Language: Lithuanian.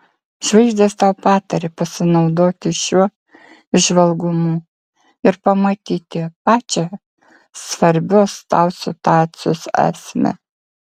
žvaigždės tau pataria pasinaudoti šiuo įžvalgumu ir pamatyti pačią svarbios tau situacijos esmę